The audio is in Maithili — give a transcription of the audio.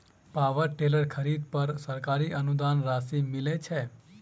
पावर टेलर खरीदे पर सरकारी अनुदान राशि मिलय छैय?